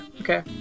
okay